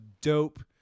dope